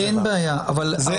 אין בעיה, זה נכון.